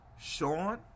Sean